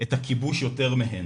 את הכיבוש יותר מהן.